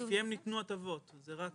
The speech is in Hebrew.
לפיהם ניתנו הטבות, זה רק